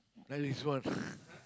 at least one